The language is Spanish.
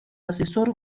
asesor